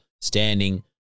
standing